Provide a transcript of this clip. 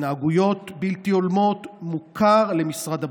התנהגויות בלתי הולמות מוכר למשרד הבריאות.